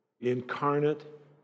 incarnate